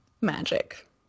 magic